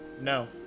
No